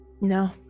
No